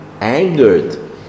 angered